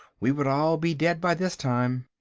we would all be dead by this time.